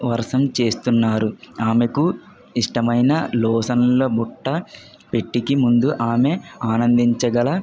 వర్షం చేస్తున్నారు ఆమెకు ఇష్టమైన లోషన్ల బుట్ట పెట్టికి ముందు ఆమె ఆనందించగల